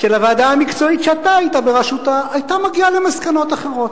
של הוועדה המקצועית שאתה היית בראשותה היתה מגיעה למסקנות אחרות.